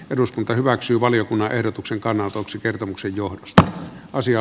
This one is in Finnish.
eduskunta hyväksyy valiokunnan ehdotuksen kannanotoksi kertomuksen johdosta asia